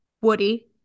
Woody